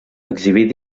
exhibir